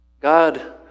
God